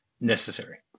necessary